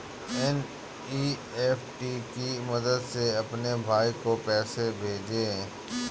NEFT की मदद से अपने भाई को पैसे भेजें